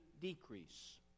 decrease